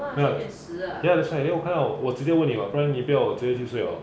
no lah then 我出来我看到我直接问你 [what] 不然你不要我直接去睡了